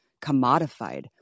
commodified